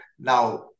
Now